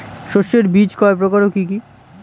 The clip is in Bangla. শস্যের বীজ কয় প্রকার ও কি কি?